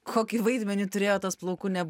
kokį vaidmenį turėjo tas plaukų ne